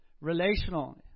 Relational